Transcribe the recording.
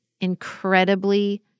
incredibly